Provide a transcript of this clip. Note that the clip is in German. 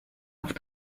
auf